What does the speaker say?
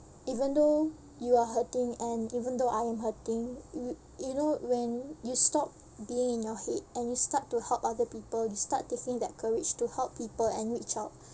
even though you are hurting and even though I am hurting you you know when you stop being in your head and you start to help other people you start taking that courage to help people and reach out